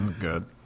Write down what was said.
Good